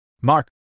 mark